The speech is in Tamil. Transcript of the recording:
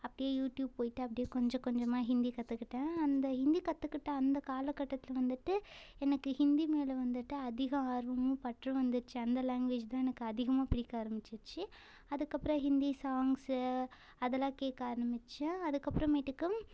அப்படியே யூட்யூப் போயிவிட்டு அப்படியே கொஞ்ச கொஞ்சமாக ஹிந்தி கற்றுக்கிட்டேன் அந்த ஹிந்தி கற்றுக்கிட்ட அந்த கால கட்டத்தில் வந்துவிட்டு எனக்கு ஹிந்தி மேலே வந்துவிட்டு அதிக ஆர்வமும் பற்றும் வந்துடுச்சு அந்த லாங்குவேஜ் தான் எனக்கு அதிகமாக பிடிக்க ஆரம்பிச்சிடுச்சு அதுக்கப்பறம் ஹிந்தி சாங்ஸ்ஸு அதெல்லாம் கேட்க ஆரமிச்சேன் அதுக்கப்பறமேட்டுக்கு